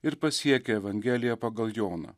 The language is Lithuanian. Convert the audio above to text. ir pasiekia evangeliją pagal joną